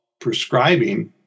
prescribing